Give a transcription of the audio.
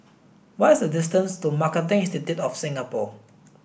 what is the distance to Marketing Institute of Singapore